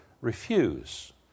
refuse